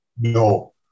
No